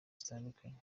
zitandukanye